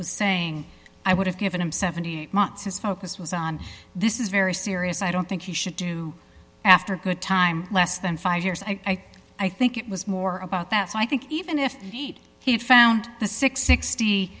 was saying i would have given him seventy eight months his focus was on this is very serious i don't think he should do after a good time less than five years i i think it was more about that so i think even if he had found the six